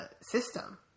system